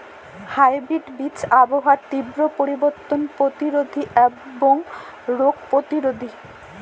hybrid বীজ আবহাওয়ার তীব্র পরিবর্তন প্রতিরোধী এবং রোগ প্রতিরোধী